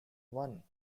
one